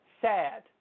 Sad